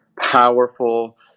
Powerful